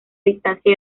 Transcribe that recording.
distancia